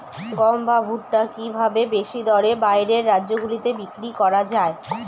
গম বা ভুট্ট কি ভাবে বেশি দরে বাইরের রাজ্যগুলিতে বিক্রয় করা য়ায়?